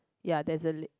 ya there's a l~